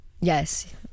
yes